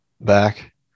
back